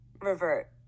Revert